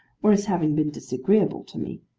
or as having been disagreeable to me.